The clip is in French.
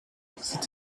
cette